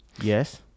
yes